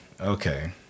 Okay